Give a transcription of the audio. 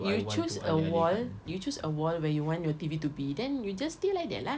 you choose a wall you choose a wall where you want your T_V to be then we just stay like that lah